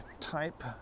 type